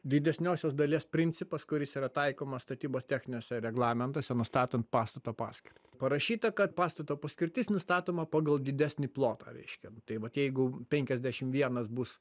didesniosios dalies principas kuris yra taikomas statybos techniniuose reglamentuose nustatan pastato paskir parašyta kad pastato paskirtis nustatoma pagal didesnį plotą reiškia tai vat jeigu penkiasdešim vienas bus